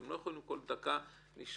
הם לא יכולים כל דקה לשאול,